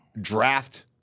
draft